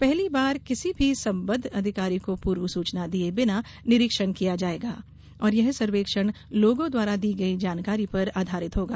पहली बार किसी भी संबद्ध अधिकारी को पूर्व सूचना दिए बिना निरीक्षण किया जायेगा और यह सर्वेक्षण लोगों द्वारा दी गई जानकारी पर आधारित होगा